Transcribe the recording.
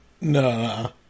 No